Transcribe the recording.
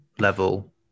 level